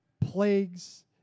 plagues